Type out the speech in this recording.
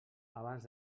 abans